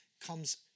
comes